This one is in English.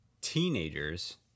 teenagers